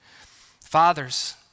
Fathers